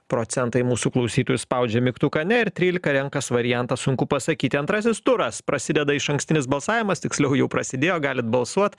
procentai mūsų klausytojų spaudžia mygtuką ne ir trylika renkas variantą sunku pasakyti antrasis turas prasideda išankstinis balsavimas tiksliau jau prasidėjo galit balsuot